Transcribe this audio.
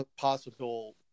possible